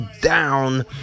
down